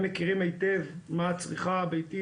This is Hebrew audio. הם מכירים היטב מה הצריכה הביתית,